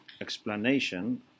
explanation